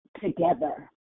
together